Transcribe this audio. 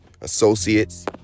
associates